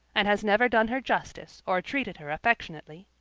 and has never done her justice or treated her affectionately.